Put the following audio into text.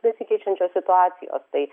besikeičiančios situacijos tai